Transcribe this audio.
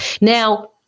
Now